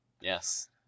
Yes